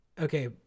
okay